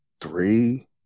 three